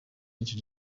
nicyo